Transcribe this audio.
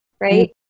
right